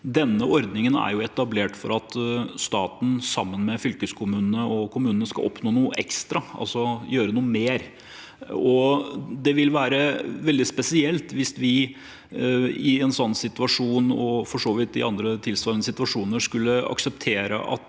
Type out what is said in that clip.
denne ordningen er jo etablert for at staten, sammen med fylkeskommunene og kommunene, skal oppnå noe ekstra, altså gjøre noe mer. Det vil være veldig spesielt hvis vi i en sånn situasjon, og for så vidt i andre tilsvarende situasjoner, skulle akseptere at